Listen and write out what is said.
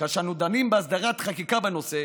כאשר אנו דנים בהסדרת חקיקה בנושא